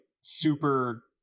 super